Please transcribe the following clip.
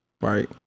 right